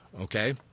okay